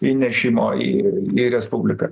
įnešimo į į respubliką